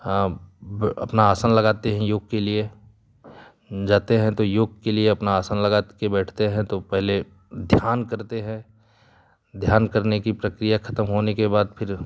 हाँ अब अपना आसान लगाते हैं योग के लिए जाते हैं तो योग के लिए अपना आसन लगा के बैठते हैं तो पहले ध्यान करते हैं ध्यान करने की प्रक्रिया खत्म होने के बाद फिर